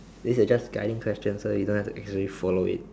this is just guiding question so you don't have to exactly follow it